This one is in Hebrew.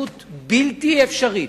למציאות בלתי אפשרית.